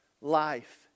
life